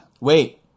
wait